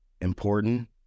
important